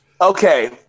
Okay